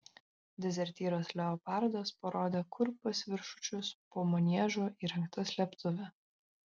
dezertyras leopardas parodė kur pas viršučius po maniežu įrengta slėptuvė